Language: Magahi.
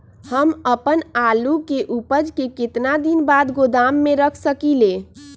हम अपन आलू के ऊपज के केतना दिन बाद गोदाम में रख सकींले?